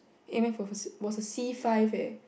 A maths was was a C five leh